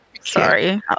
Sorry